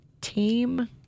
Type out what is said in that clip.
team